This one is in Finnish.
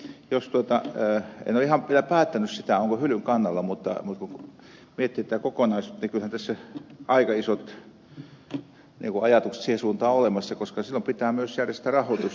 en ole ihan vielä päättänyt sitä olenko hylyn kannalta mutta kun miettii tätä kokonaisuutta niin kyllähän tässä aika isot ajatukset siihen suuntaan on olemassa koska silloin pitää myös järjestää rahoitus